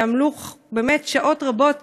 שעמלו באמת שעות רבות